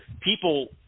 people